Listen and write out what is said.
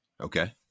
okay